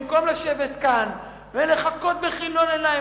במקום לשבת כאן ולחכות בכיליון עיניים